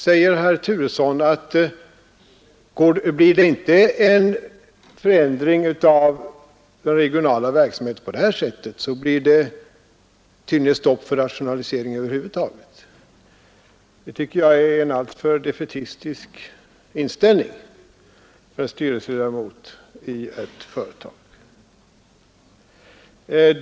Herr Turesson säger att blir det inte en förändring av den regionala verksamheten på detta sätt, så blir det tydligen stopp för rationalisering över huvud taget. Det tycker jag är en alltför defaitistisk inställning av en styrelseledamot i ett företag.